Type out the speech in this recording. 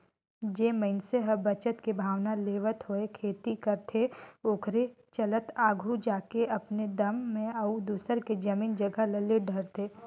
जेन मइनसे ह बचत के भावना लेवत होय खेती करथे ओखरे चलत आघु जाके अपने दम म अउ दूसर के जमीन जगहा ले डरथे